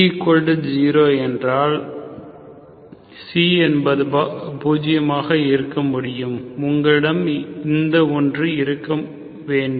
C0என்றால் C என்பது பூஜ்யமாக இருக்க முடியும் உங்களிடம் இந்த ஒன்று இருக்க வேண்டும்